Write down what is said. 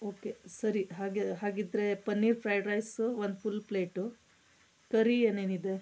okay ಸರಿ ಹಾಗೆ ಹಾಗಿದ್ರೆ ಪನ್ನೀರ್ ಫ್ರೈಡ್ ರೈಸ್ ಒಂದು ಫುಲ್ ಪ್ಲೇಟು ಕರಿ ಏನೇನಿದೆ